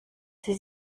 sie